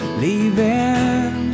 leaving